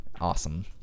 Awesome